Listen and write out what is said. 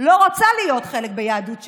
לא רוצה להיות חלק מיהדות שכזאת.